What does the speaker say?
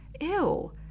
Ew